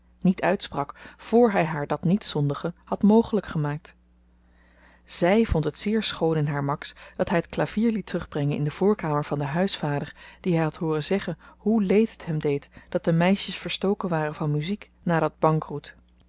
niet uitsprak voor hy haar dat niet zondigen had mogelyk gemaakt zy vond het zeer schoon in haar max dat hy t klavier liet terugbrengen in de voorkamer van den huisvader dien hy had hooren zeggen hoe leed het hem deed dat de meisjes verstoken waren van muziek